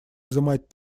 изымать